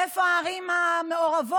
איפה הערים המעורבות,